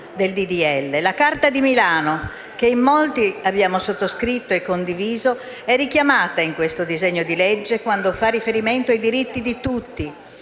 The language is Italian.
La Carta di Milano, che in molti abbiamo sottoscritto e condiviso, è richiamata in questo disegno di legge, quando fa riferimento al diritto di tutti